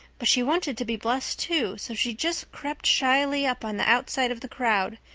but she wanted to be blessed, too, so she just crept shyly up on the outside of the crowd,